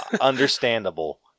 understandable